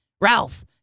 Ralph